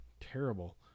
terrible